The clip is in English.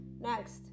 next